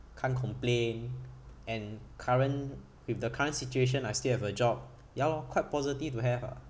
can't complain and current with the current situation I still have a job ya lor quite positive to have ah